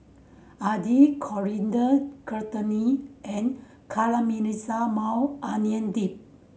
Idili Coriander Chutney and Caramelized Maui Onion Dip